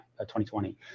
2020